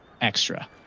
extra